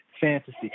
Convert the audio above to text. fantasy